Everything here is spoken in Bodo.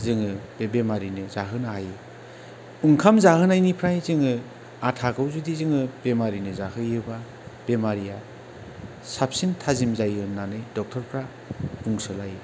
जोङो बे बेमारिनो जाहोनो हायो ओंखाम जाहोनायनिफ्राय जोङो आथाखौ जुदि जोङो बेमारिनो जाहोयोबा बेमारिया साबसिन थाजिम जायो होनना डक्थरफ्रा बुंसोलायो